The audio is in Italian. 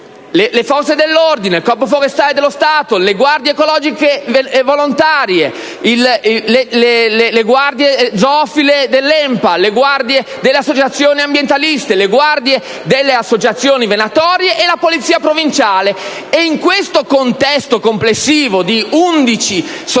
le forze dell'ordine, il Corpo forestale dello Stato, le guardie ecologiche volontarie, le guardie zoofile dell'ENPA, le guardie delle associazioni ambientaliste, le guardie delle associazioni venatorie e la Polizia provinciale. In questo contesto complessivo di 11 soggetti